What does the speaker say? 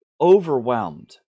overwhelmed